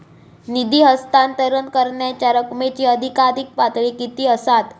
निधी हस्तांतरण करण्यांच्या रकमेची अधिकाधिक पातळी किती असात?